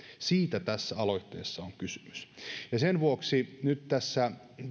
siitä tässä aloitteessa on kysymys sen vuoksi käyn nyt tässä